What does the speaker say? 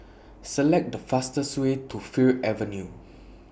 Select The fastest Way to Fir Avenue